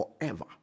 forever